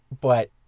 But-